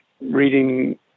reading